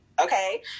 okay